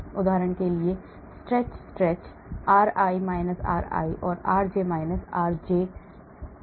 उदाहरण के लिए stretch stretch r i r i o r j- r j o